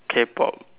K pop